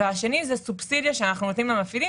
2) סובסידיה שאנחנו נותנים למפעילים